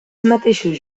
mateixos